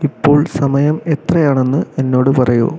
ഇപ്പോൾ സമയം എത്രയാണെന്ന് എന്നോട് പറയൂ